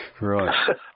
right